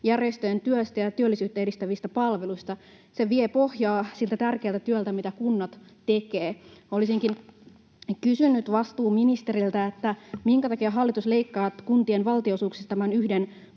järjestöjen työstä ja työllisyyttä edistävistä palveluista. Se vie pohjaa siltä tärkeältä työltä, mitä kunnat tekevät. Olisinkin kysynyt vastuuministeriltä: Minkä takia hallitus leikkaa kuntien valtionosuuksista noin yhden